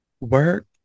Work